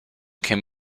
came